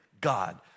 God